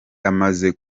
amaze